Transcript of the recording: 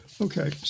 Okay